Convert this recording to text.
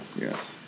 yes